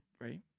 Right